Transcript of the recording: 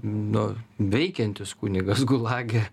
nu veikiantis kunigas gulage